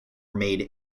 made